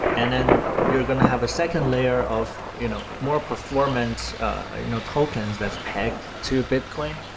and then you're going to have a second layer of you know more performant you know tokens that's pegged to bitcoin